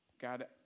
God